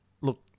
look